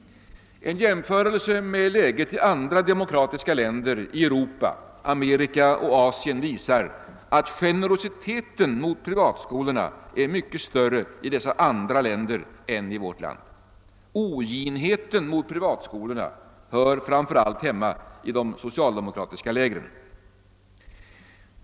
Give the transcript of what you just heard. En jämförelse med läget i andra demokratiska länder i Europa, Amerika och Asien visar att generositeten mot privatskolorna är mycket större i dessa andra länder än i vårt land. Oginheten mot privatskolorna hör framför allt hemma i de socialdemokratiska lägren.